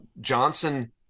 Johnson